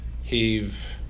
Heave